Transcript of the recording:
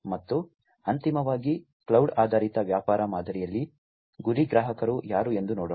ಮತ್ತು ಅಂತಿಮವಾಗಿ ಕ್ಲೌಡ್ ಆಧಾರಿತ ವ್ಯಾಪಾರ ಮಾದರಿಯಲ್ಲಿ ಗುರಿ ಗ್ರಾಹಕರು ಯಾರು ಎಂದು ನೋಡೋಣ